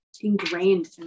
ingrained